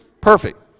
Perfect